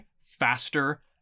faster